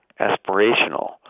aspirational